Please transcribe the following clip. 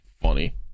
funny